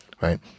Right